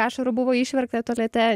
ašarų buvo išverkta tualete